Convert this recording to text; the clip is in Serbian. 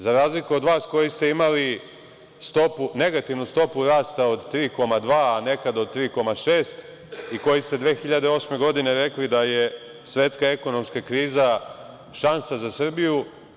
Za razliku od vas koji su imali negativnu stopu rasta od 3,2, a nekad od 3,6 i koji ste 2008. godine rekli da je svetska ekonomska kriza šansa za Srbiju.